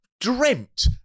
dreamt